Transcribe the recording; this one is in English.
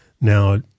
Now